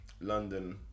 London